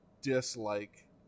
dislike